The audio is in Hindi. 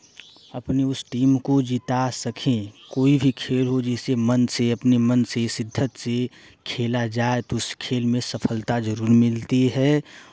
अपने उस टीम को जिता सकें कोई भी खेल हो जिसे मन से अपने मन से शिद्दत से खेला जाए तो उस खेल में सफलता जरूर मिलती है